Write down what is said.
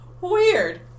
Weird